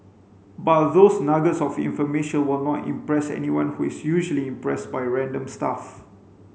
but those nuggets of information will not impress anyone who is usually impressed by random stuff